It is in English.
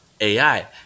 ai